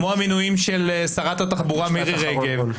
כמו המינויים של שרת התחבורה מירי רגב,